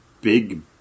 big